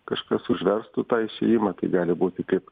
kažkas užverstų tą išėjimą tai gali būti kaip